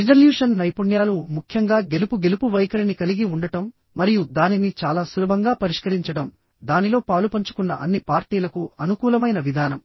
resolution నైపుణ్యాలు ముఖ్యంగా గెలుపు గెలుపు వైఖరిని కలిగి ఉండటం మరియు దానిని చాలా సులభంగా పరిష్కరించడం దానిలో పాలుపంచుకున్న అన్ని పార్టీలకు అనుకూలమైన విధానం